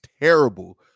terrible